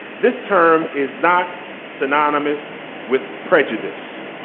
this term is not synonymous with prejudice.